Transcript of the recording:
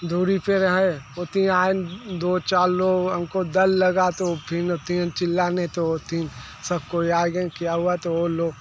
दूरी पे रहे वो तीन आए दो चार लोग हमको डर लगा तो फिर ओ तीन चिल्लाने तो ओ तीन सब कोई आए गए क्या हुआ तो ओ लोग